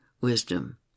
wisdom